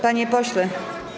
Panie pośle.